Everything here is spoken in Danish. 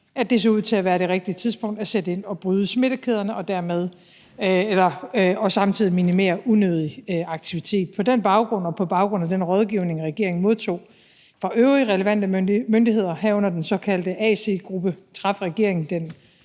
at det så ud til at være det rigtige tidspunkt at sætte ind og bryde smittekæderne og samtidig minimere unødig aktivitet. På den baggrund og på baggrund af den rådgivning, regeringen modtog fra øvrige relevante myndigheder, herunder den såkaldte AC-gruppe, traf regeringen